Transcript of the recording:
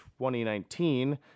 2019